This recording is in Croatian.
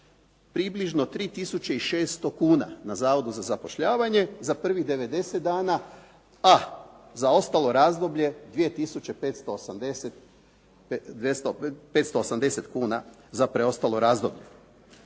približno 3600 kn na Zavodu za zapošljavanje za prvih 90 dana, a za ostalo razdoblje 2580 kn za preostalo razdoblje.